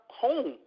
home